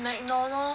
McDonald's